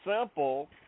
simple